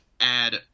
add